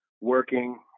Working